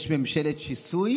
יש ממשלת שיסוי